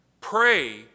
Pray